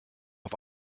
auf